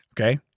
Okay